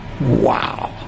Wow